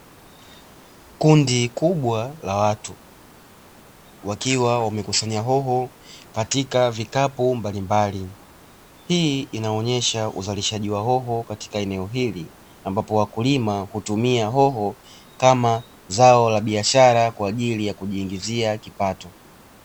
Kundi kubwa la watu wakiwa wamekusanya hoho katika vikapu mbalimbali, hii inaonyesha uzalishaji wa hoho katika eneo hili ambapo wakulima hutumia hoho, kama zao la biashara kwa ajili ya kujiingizia kipato.